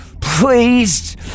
Please